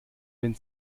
wenn